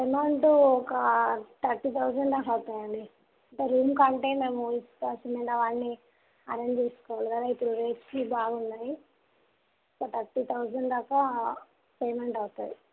amount ఒక thirty thousand దాకా అవుతాయండి అంటే ఎందుకంటే మేము ఇసుక సిమెంట్ అవన్నీ అరేంజ్ చేసుకోవాలి కదా ఇప్పుడు రేట్స్కి బాగా ఉన్నాయి ఒక తర్టీ తౌజండ్ దాకా పేమెంట్ అవుతుంది